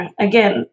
again